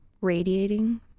Radiating